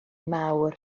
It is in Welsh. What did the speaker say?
mawr